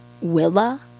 willa